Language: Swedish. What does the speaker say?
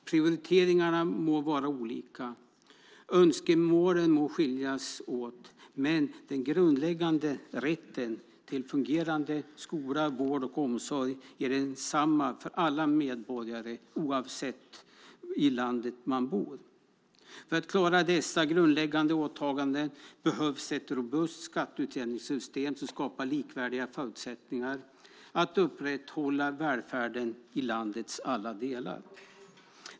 Prioriteringarna må vara olika och önskemålen må skilja sig åt, men den grundläggande rätten till en fungerande skola, vård och omsorg är densamma för alla medborgare, oavsett var i landet man bor. För att klara dessa grundläggande åtaganden behövs ett robust skatteutjämningssystem som skapar likvärdiga förutsättningar att upprätthålla välfärden i landets alla delar.